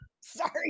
sorry